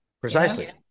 Precisely